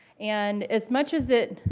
and as much as it